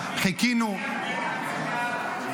קמעא-קמעא.